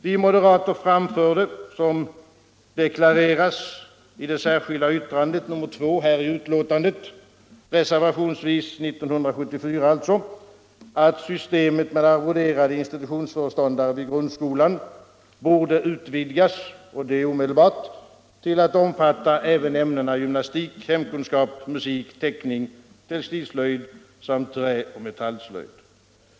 Vi moderater framförde 1974, såsom deklareras i det särskilda yttrandet nr 2 i detta betänkande, reservationsvis att systemet med arvoderade institutionsföreståndare vid grundskolan borde utvidgas omedelbart till att omfatta även ämnena gymnastik, hemkunskap, musik, teckning, textilslöjd samt träoch metallslöjd.